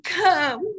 come